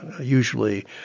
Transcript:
usually